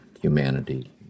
humanity